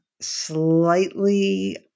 slightly